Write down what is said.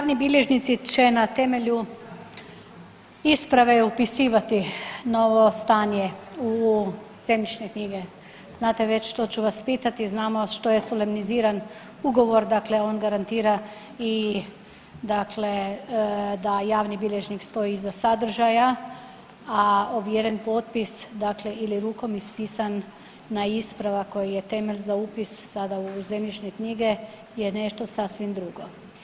Javni bilježnici će na temelju isprave upisivati novo stanje u zemljišne knjige, znate već što ću vas pitati, znamo što je solemniziran ugovor dakle on garantira i da javni bilježnik stoji iza sadržaja, a ovjeren potpis dakle ili rukom ispisan na ispravak koji je temelj za upis sada i u zemljišne knjige je nešto sasvim drugo.